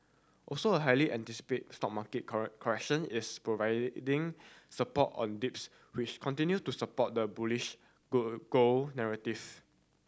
also a highly anticipated stock market correction is providing support on dips which continue to support the bullish go gold narrative